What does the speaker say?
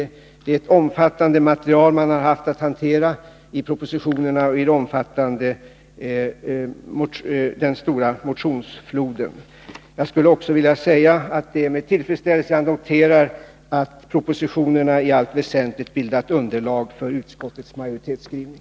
Det är ett omfattande material man har haft att hantera i propositionerna och i den stora motionsfloden. Jag skulle också vilja säga att det är med tillfredsställelse jag noterar att propositionerna i allt väsentligt bildat underlag för utskottets majoritetsskrivning.